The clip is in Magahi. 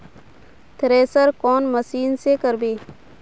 थरेसर कौन मशीन से करबे?